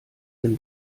denn